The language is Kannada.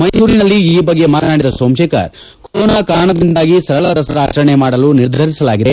ಮೈಸೂರಿನಲ್ಲಿ ಈ ಬಗ್ಗೆ ಮಾತನಾಡಿದ ಸೋಮಶೇಖರ್ ಕೊರೋನಾ ಕಾರಣದಿಂದಾಗಿ ಸರಳ ದಸರಾ ಆಚರಣೆ ಮಾಡಲು ನಿರ್ಧರಿಸಲಾಗಿದೆ